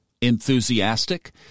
enthusiastic